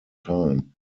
time